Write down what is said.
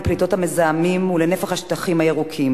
לפליטות מזהמים ולנפח השטחים הירוקים.